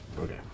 okay